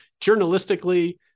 Journalistically